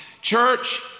church